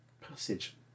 passage